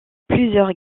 plusieurs